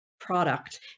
Product